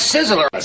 Sizzler